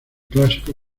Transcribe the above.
clásico